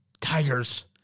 Tigers